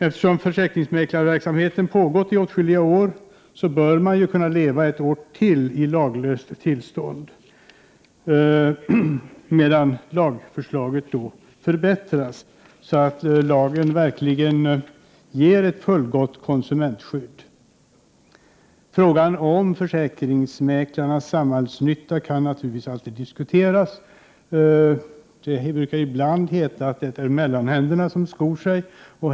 Eftersom försäkringsmäklarverksamheten har pågått i åtskilliga år, bör de kunna leva ett år till i ett laglöst tillstånd medan lagförslaget förbättras så att den verkligen ger ett fullgott konsumentskydd. Frågan om försäkringsmäklarnas samhällsnytta kan naturligtvis alltid diskuteras. Det brukar ibland heta att det är mellanhänderna som skor sig.